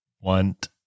want